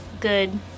good